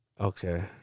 okay